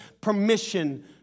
permission